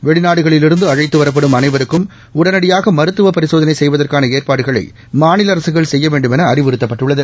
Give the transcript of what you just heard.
வெளிநாடுகளில் இருந்து அழைத்து வரப்படும் அனைவருக்கும் உடனடியாக மருத்துவ பரிசோதனை செய்வதற்கான ஏற்பாடுகளை மாநில அரசுகள் செய்ய வேண்டுமென அறிவுறுத்தப்பட்டுள்ளது